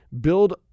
build